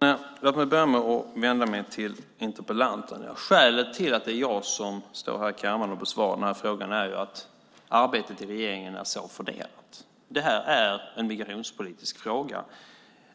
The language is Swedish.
Herr talman! Låt mig börja med att vända mig till interpellanten. Skälet till att det är jag som står här i kammaren och besvarar frågor är att arbetet i regeringen är så fördelat. Det här är en migrationspolitisk fråga.